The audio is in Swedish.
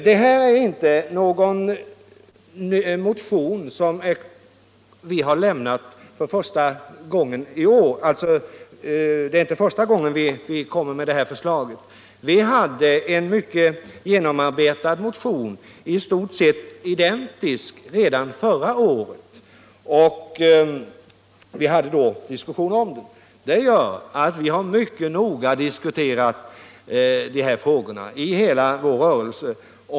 Det är inte första gången vi framlägger detta förslag. Redan förra året väckte vi en mycket genomarbetad och med denna i stort sett identisk motion. Diskussioner fördes då om dem. Det gör att vi mycket noga har debatterat dessa frågor inom hela vår rörelse.